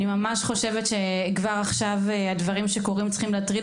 אני ממש חושבת שכבר עכשיו הדברים שקורים צריכים להטריד